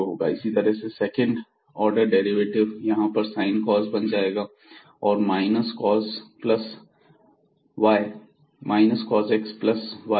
इसी तरह second order derivative यहां पर sin cos बन जाएगा और minus cos x plus y 0 0 पर माइनस 1 देगा